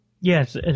Yes